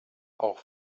auch